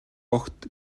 огт